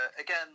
again